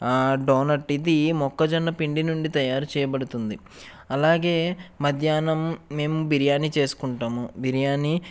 donate ఇది మొక్కజొన్న పిండి నుండి తయారు చేయబడుతుంది అలాగే మధ్యాహ్నం మేము బిర్యానీ చేసుకుంటము బిర్యాని